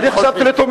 חבר הכנסת,